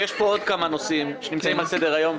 ויש פה עוד כמה נושאים שנמצאים על סדר היום,